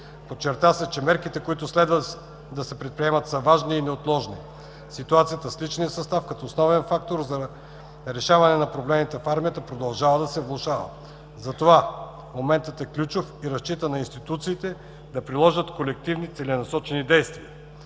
Подчерта се, че мерките, които следва да се предприемат са важни и неотложни. Ситуацията с личния състав, като основен фактор за решаване на проблемите в армията продължава да се влошава, затова моментът е ключов и разчита на институциите да приложат колективни целенасочени дейности.